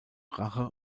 rache